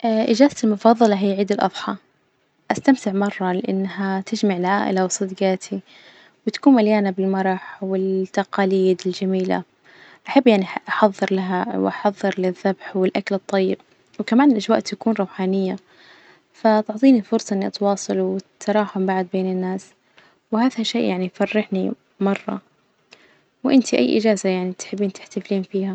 إجازتي المفظلة هي عيد الأضحى، أستمتع مرة لإنها تجمع العائلة وصديجاتي، وتكون مليانة بالمرح والتقاليد الجميلة، أحب يعني أح- أحظر لها وأحظر للذبح والأكل الطيب، وكمان الأجواء تكون روحانية فتعطيني فرصة إني أتواصل، والتراحم بعد بين الناس، وهذا شيء يعني يفرحني م- مرة، وإنتي أي إجازة يعني تحبين تحتفلين فيها?